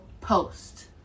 post